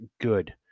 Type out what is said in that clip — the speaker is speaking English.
good